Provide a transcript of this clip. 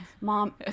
mom